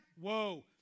whoa